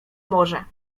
morze